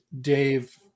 Dave